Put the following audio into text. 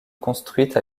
construite